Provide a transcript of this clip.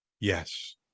Yes